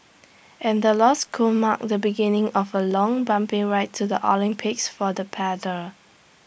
and the loss could mark the beginning of A long bumpy ride to the Olympics for the paddlers